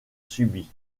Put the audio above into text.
subi